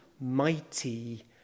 Mighty